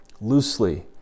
loosely